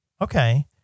Okay